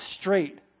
straight